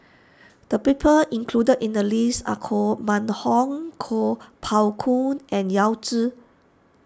the people included in the list are Koh Mun Hong Kuo Pao Kun and Yao Zi